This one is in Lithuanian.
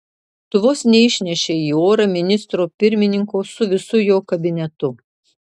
tu vos neišnešei į orą ministro pirmininko su visu jo kabinetu